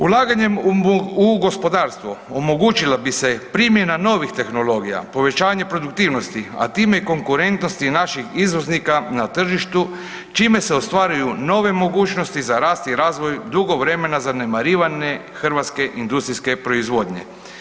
Ulaganjem u gospodarstvo, omogućila bi se primjena novih tehnologija, povećanje produktivnosti a time i konkurentnosti naših izvoznika na tržištu, čime se ostvaruju nove mogućnosti za rast i razvoj dugo vremena zanemarivane hrvatske industrijske proizvodnje.